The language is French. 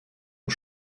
aux